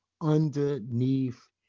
underneath